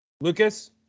Lucas